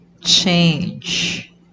change